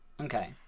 Okay